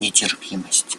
нетерпимости